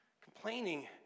Complaining